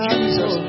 Jesus